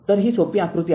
तर ही सोपी आकृती आहे